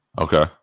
Okay